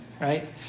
right